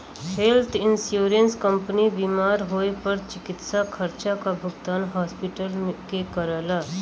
health insurance company बीमार होए पर चिकित्सा खर्चा क भुगतान हॉस्पिटल के करला